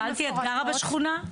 שאלתי, את גרה בשכונה?